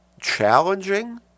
challenging